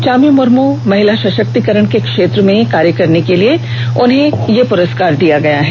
चामी मुर्मू को महिला सशक्तिकरण के क्षेत्र में कार्य करने के लिए यह पुरस्कार दिया गया है